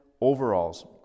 overalls